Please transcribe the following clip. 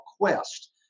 Quest